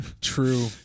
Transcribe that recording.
true